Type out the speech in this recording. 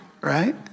Right